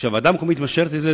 כשהוועדה המקומית מאשרת את זה,